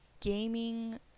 gaming